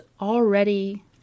already